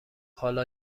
حالا